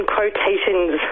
Quotations